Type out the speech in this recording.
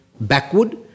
backward